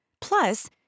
Plus